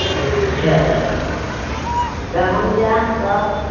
अच्छा तऽ हम जायब तब